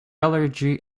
allergy